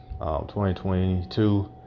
2022